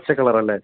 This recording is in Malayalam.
പച്ച കളർ ആല്ലേ